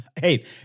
Hey